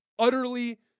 Utterly